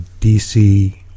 DC